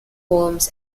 poems